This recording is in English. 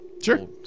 Sure